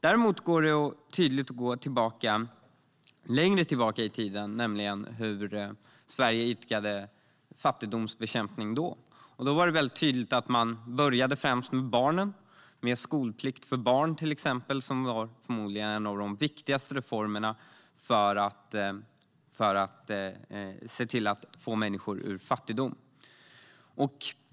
Däremot går det att se längre tillbaka i tiden och titta på hur Sverige idkade fattigdomsbekämpning då. Man började främst med barnen, med skolplikt för barn. Det var förmodligen en av de viktigaste reformerna för att få människor ur fattigdom.